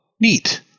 neat